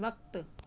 वक़्तु